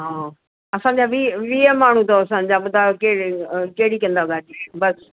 हा असांजा वीह वीह माण्हू अथव असांजा ॿुधायो के अ कहिड़ी कंदव गाॾी बस